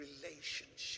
relationship